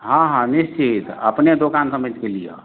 हँ हँ निश्चित अपने दोकान समझिके लिअ